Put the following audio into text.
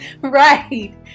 Right